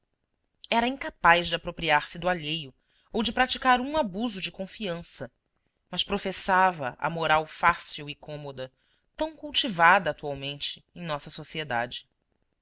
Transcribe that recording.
era incapaz de apropriar se do alheio ou de praticar um abuso de confiança mas professava a moral fácil e cômoda tão cultivada atualmente em nossa sociedade